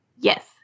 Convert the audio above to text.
Yes